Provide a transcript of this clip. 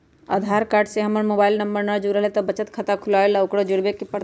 आधार card से हमर mobile number न जुरल है त बचत खाता खुलवा ला उकरो जुड़बे के पड़तई?